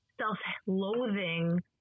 self-loathing